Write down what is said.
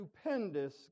stupendous